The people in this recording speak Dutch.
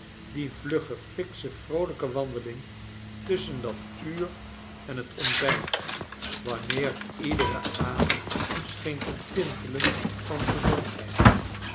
die vlugge fiksche vroolijke wandeling tusschen dat uur en t ontbijt wanneer iedere ader scheen te tintelen van gezondheid